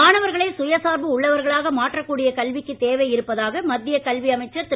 மாணவர்களை சுய சார்பு உள்ளவர்களாக மாற்றக் கூடிய கல்விக்கு தேவை இருப்பதாக மத்திய கல்வி அமைச்சர் திரு